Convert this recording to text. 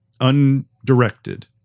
undirected